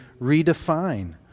redefine